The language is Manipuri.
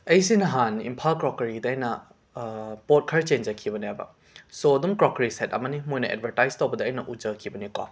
ꯑꯩꯁꯦ ꯅꯍꯥꯟ ꯏꯝꯐꯥꯜ ꯀ꯭ꯔꯣꯀꯔꯤꯗꯩꯅ ꯄꯣꯠ ꯈꯔ ꯆꯦꯟꯖꯈꯤꯕꯅꯦꯕ ꯁꯣ ꯗꯨꯝ ꯀ꯭ꯔꯣꯀꯔꯤ ꯁꯦꯠ ꯑꯃꯅꯤ ꯃꯣꯏꯅ ꯑꯦꯗꯕꯔꯇꯥꯏꯁ ꯇꯧꯕꯗ ꯑꯩꯅ ꯎꯖꯈꯤꯕꯅꯦꯀꯣ